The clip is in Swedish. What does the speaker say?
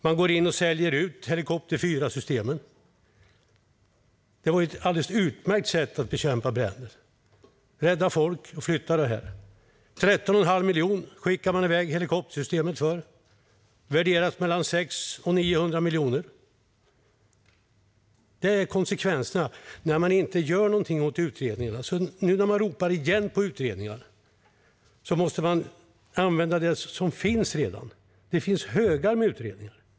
Man säljer ut Helikopter 4-systemet, som var ett alldeles utmärkt sätt att bekämpa bränder och rädda folk. Man skickar iväg helikoptersystemet för 13,5 miljoner; det värderas till mellan 600 och 900 miljoner. Detta blir konsekvenserna när man inte gör något åt utredningarna. Nu när man återigen ropar på utredningar måste man använda det som redan finns. Det finns högar med utredningar.